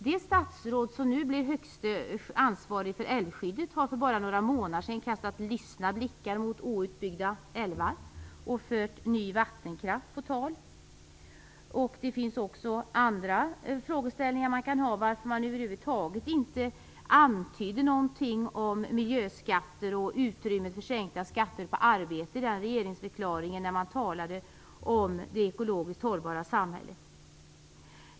Det statsråd som nu blir högste ansvarige för älvskyddet har för bara några månader sedan kastat lystna blickar mot outbyggda älvar och fört ny vattenkraft på tal. Det finns också andra frågeställningar. Varför antyder man över huvud taget inte någonting om miljöskatter och utrymmet för sänkta skatter på arbete i regeringsförklaringen, när man talar om det ekologiskt hållbara samhället?